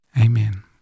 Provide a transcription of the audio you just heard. amen